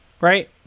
Right